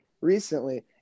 recently